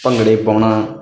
ਭੰਗੜੇ ਪਾਉਣਾ